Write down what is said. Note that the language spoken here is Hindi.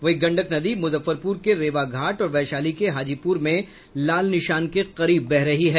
वहीं गंडक नदी मुजफ्फरपुर के रेवा घाट और वैशाली के हाजीपुर में लाल निशान के करीब बह रही है